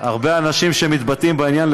הרבה אנשים שמתבטאים בעניין,